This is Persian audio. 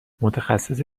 متخصص